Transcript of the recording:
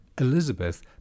Elizabeth